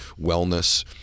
wellness